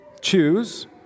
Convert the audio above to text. choose